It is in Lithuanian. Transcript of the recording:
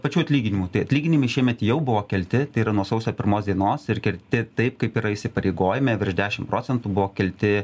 pačių atlyginimų tai atlyginimai šiemet jau buvo kelti tai yra nuo sausio pirmos dienos ir kelti taip kaip yra įsipareigojime virš dešimt procentų buvo kelti